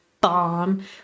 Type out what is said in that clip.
Bomb